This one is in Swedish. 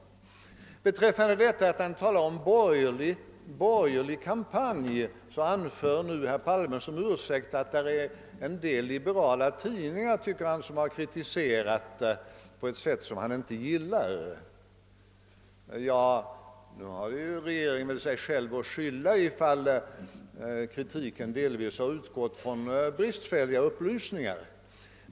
Som ursäkt för att herr Palme taiat em »borgerlig kampanj» anför han att en del liberala tidningar kritiserat regeringen på ett sätt som han inte gillar. I så fall har väl regeringen sig själv att skylla, eftersom kritiken delvis utgått från bristfälliga upplysningar.